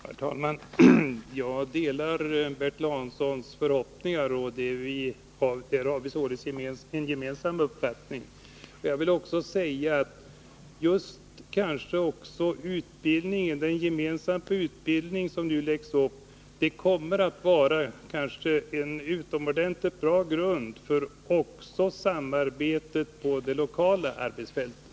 Herr talman! Jag delar Bertil Hanssons förhoppningar, och vi har således en gemensam uppfattning. Den gemensamma utbildning som nu läggs upp kommer säkert att vara en utomordentligt bra grund också för samarbetet på det lokala arbetsfältet.